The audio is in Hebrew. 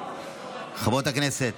חברות הכנסת,